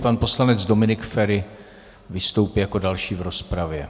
Pan poslanec Dominik Feri vystoupí jako další v rozpravě.